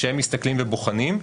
כשהם מסתכלים ובוחנים,